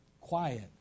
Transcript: quiet